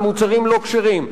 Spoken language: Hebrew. על מוצרים לא כשרים.